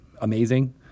amazing